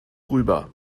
rüber